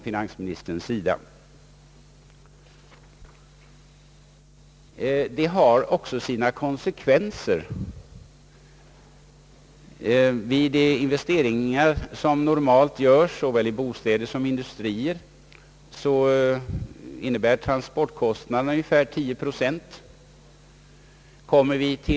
Bilskattehöjningen medför också konsekvenser för de investeringar som normalt görs. Såväl när det gäller bostäder som industrier utgör transportkostnaderna ungefär 10 procent av de totala kostnaderna.